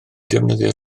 defnyddio